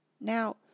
Now